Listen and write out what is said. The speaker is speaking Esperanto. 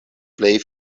plej